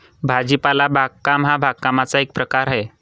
भाजीपाला बागकाम हा बागकामाचा एक प्रकार आहे